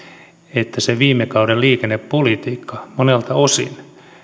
että se viime kauden liikennepolitiikka monelta osin